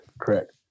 Correct